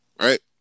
right